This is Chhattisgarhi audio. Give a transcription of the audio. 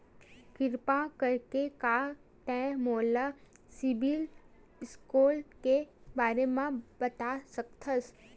किरपा करके का तै मोला सीबिल स्कोर के बारे माँ बता सकथस?